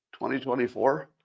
2024